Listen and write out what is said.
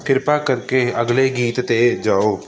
ਕਿਰਪਾ ਕਰਕੇ ਅਗਲੇ ਗੀਤ 'ਤੇ ਜਾਓ